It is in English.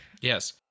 Yes